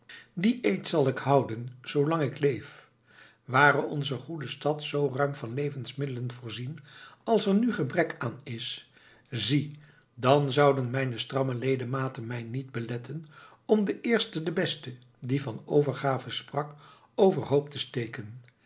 dien eed zal ik houden zoolang ik leef ware onze goede stad zoo ruim van levensmiddelen voorzien als er nu gebrek aan is zie dan zouden mijne stramme ledematen mij niet beletten om den eerste den beste die van overgave sprak overhoop te steken